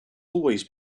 always